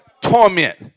Torment